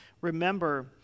remember